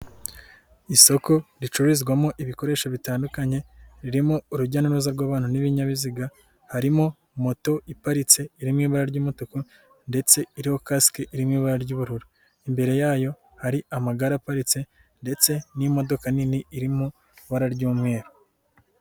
Isoko ricururizwamo ibikoresho bitandukanye, ririmo urujya n'uruza rw'abantu n'ibinyabiziga, harimo moto iparitse, iri mu ibara ry'umutuku ndetse iriho kasike iri mu ibara ry'ubururu, imbere yayo hari amagare aparitse ndetse n'imodoka nini iri mu ibara ry'umweru.